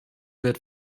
wird